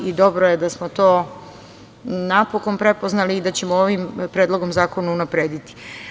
Dobro je da smo to napokon prepoznali i da ćemo ovim predlogom zakona unaprediti.